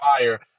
fire